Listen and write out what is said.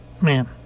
Man